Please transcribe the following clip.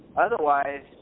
otherwise